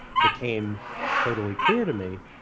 became totally clear to me,